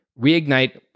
reignite